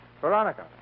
Veronica